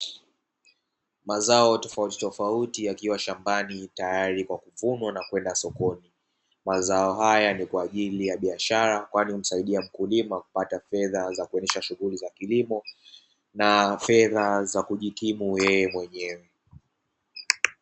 Mazao tofautitofauti yakiwa shambani, tayari kwa kuvunwa na kupelekwa sokoni, mazao haya ni kwa ajili ya biashara, kwani humsaidia mkulima kupata fedha za kuendesha shughuli za kilimo na fedha za kujikimu yeye menyewe.